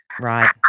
Right